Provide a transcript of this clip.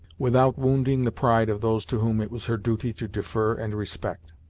without wounding the pride of those to whom it was her duty to defer and respect.